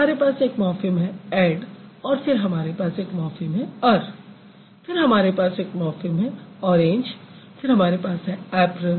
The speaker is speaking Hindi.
हमारे पास एक मॉर्फ़िम है ऐड और फिर हमारे पास एक मॉर्फ़िम है अर फिर हमारे पास एक मॉर्फ़िम है ऑरेंज फिर हमारे पास है ऐप्रन